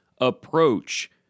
approach